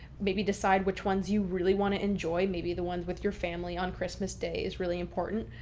maybe decide which ones you really want to enjoy. maybe the ones with your family on christmas day is really important.